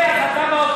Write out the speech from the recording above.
כי אתה באופוזיציה,